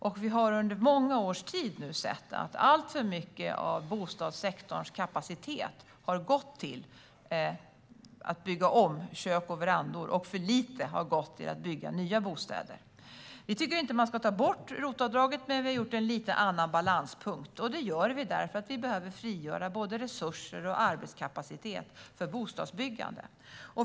Och vi har under många års tid sett att alltför mycket av bostadssektorns kapacitet har gått till att bygga om kök och verandor. För lite har gått till att bygga nya bostäder. Vi tycker inte att man ska ta bort ROT-avdraget, men vi har gjort en lite annan balanspunkt. Det har vi gjort eftersom vi behöver frigöra både resurser och arbetskapacitet för bostadsbyggande.